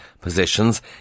positions